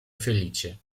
felice